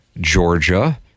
Georgia